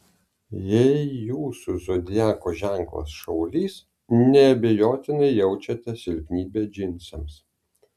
jei jūsų zodiako ženklas šaulys neabejotinai jaučiate silpnybę džinsams